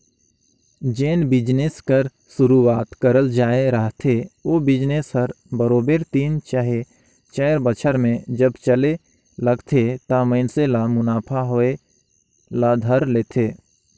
जेन बिजनेस कर सुरूवात करल जाए रहथे ओ बिजनेस हर बरोबेर तीन चहे चाएर बछर में जब चले लगथे त मइनसे ल मुनाफा होए ल धर लेथे